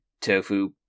tofu